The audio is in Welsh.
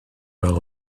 fel